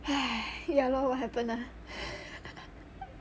!hais! ya lor what happen ah